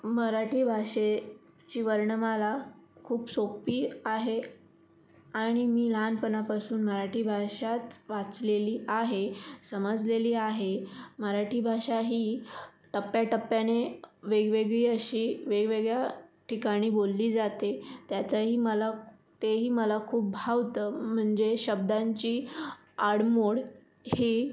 मराठी भाषेची वर्णमाला खूप सोप्पी आहे आणि मी लहानपणापासून मराठी भाषाच वाचलेली आहे समजलेली आहे मराठी भाषा ही टप्प्याटप्प्याने वेगवेगळी अशी वेगवेगळ्या ठिकाणी बोलली जाते त्याचाही मला तेही मला खूप भावतं म्हणजे शब्दांची आडमोड ही